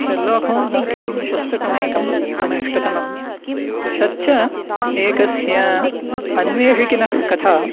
Sherlock Holmes आख्यं पुस्तकमेकं मम इष्टतमं तच्च एकस्य अन्वेषकस्य कथा